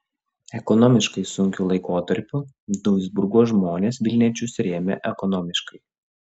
ekonomiškai sunkiu laikotarpiu duisburgo žmonės vilniečius rėmė ekonomiškai